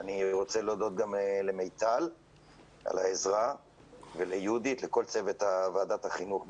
אני רוצה להודות גם למיטל וליהודית ולצוות ועדת החינוך.